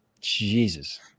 Jesus